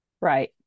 Right